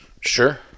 Sure